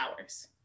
hours